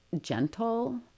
gentle